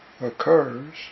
occurs